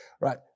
right